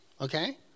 Okay